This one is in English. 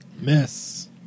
Miss